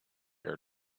air